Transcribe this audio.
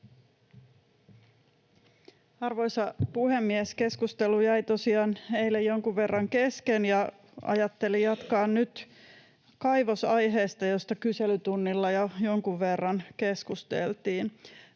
Arvoisa puhemies! Keskustelu jäi tosiaan eilen jonkun verran kesken, ja ajattelin jatkaa nyt kaivosaiheesta, josta kyselytunnilla jo jonkun verran keskusteltiin.